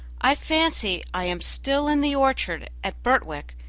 i fancy i am still in the orchard at birtwick,